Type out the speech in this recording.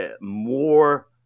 more